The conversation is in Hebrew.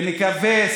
ונקווה,